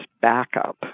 backup